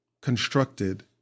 constructed